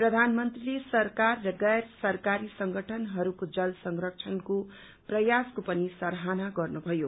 प्रधानमन्त्रीले सरकार र गैर सरकारी संगठनहरूको जल संरक्षणको प्रयासको पनि सराहना गर्नुभयो